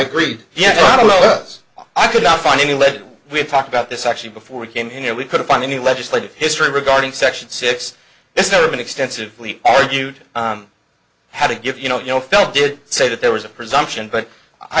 oh yes i could not find any lead we talked about this actually before we came here we couldn't find any legislative history regarding section six it's never been extensively argued on how to give you know you know felt did say that there was a presumption but i